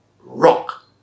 rock